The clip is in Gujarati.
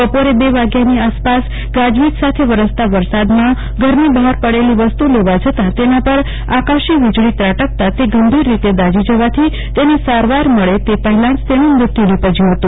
બપોર બે વાગ્યાની આસપાસ ગાજવીજ સાથે વરસતા વરસાદમાં ધરની બહાર પડેલી વસ્તુ લેવા જતા તેના પર આકાશી વીજળી ત્રાટકતા ગંભીર રીતે દાઝી જવાથી તેને સારવાર મળે તે પહેલા તેનું મૃત્યુ નીપશ્યુ હતું